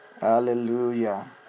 Hallelujah